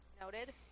Noted